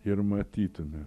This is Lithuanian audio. ir matytume